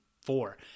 four